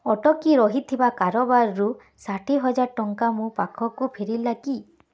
ଅଟକି ରହିଥିବା କାରବାରରୁ ଷାଠିଏହଜାର ଟଙ୍କା ମୋ ପାଖକୁ ଫେରିଲା କି